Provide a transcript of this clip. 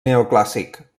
neoclàssic